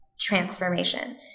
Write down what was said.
transformation